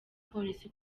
polisi